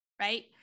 right